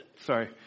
Sorry